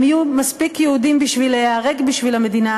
הם יהיו מספיק יהודים בשביל להיהרג בשביל המדינה